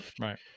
Right